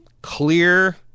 clear